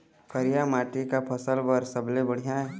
करिया माटी का फसल बर सबले बढ़िया ये?